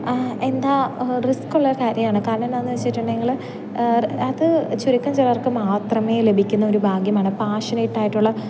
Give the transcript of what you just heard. എന്താ റിസ്ക്കുള്ള കാര്യമാണ് കാരണമെന്നാ എന്നു വെച്ചിട്ടുണ്ടെങ്കിൽ അത് ചുരുക്കം ചിലർക്ക് മാത്രമേ ലഭിക്കുന്നൊരു ഭാഗ്യമാണ് പാഷനേറ്റായിട്ടുള്ള